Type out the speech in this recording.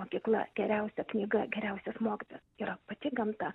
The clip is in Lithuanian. mokykla geriausia knyga geriausias mokytojas yra pati gamta